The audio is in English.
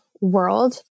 world